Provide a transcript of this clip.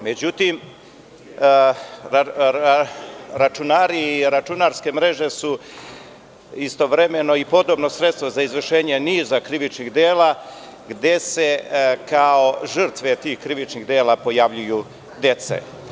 Međutim, računari i računarske mreže su istovremeno i podobno sredstvo za izvršenje niza krivičnih dela, gde se kao žrtve tih krivičnih dela pojavljuju deca.